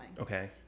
Okay